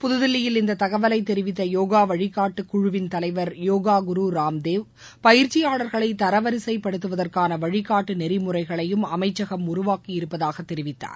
புதுதில்லியில் இந்த தகவலை தெரிவித்த யோகா வழிகாட்டு குழுவின் தலைவர் யோகா குரு ராம்தேவ் பயிற்சியாளர்களை தரவரிசைப்படுத்துவதற்கான வழிகாட்டு நெறிமுறைகளையும் அமைச்சகம் உருவாக்கியிருப்பதாக தெரிவித்தார்